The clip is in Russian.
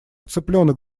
цыпленок